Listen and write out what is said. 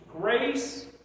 grace